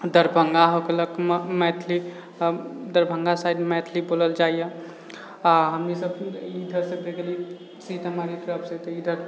दरभङ्गा हो गेलक मैथिली अऽ दरभङ्गा साइड मैथिली बोलल जाइए आओर हमनी सभ इधरसेँ भै गेली सीतामढ़ी तरफसँ तऽ इधर